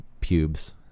pubes